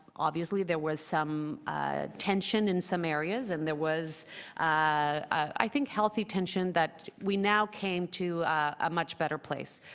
obviously there was some ah tension in some areas and there was i think healthy tension that we now came to a much better place.